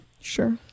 Sure